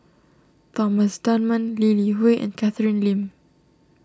Thomas Dunman Lee Li Hui and Catherine Lim